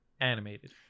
animated